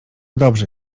dobrze